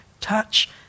touch